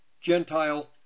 Gentile